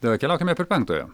tada keliaukime prie penktojo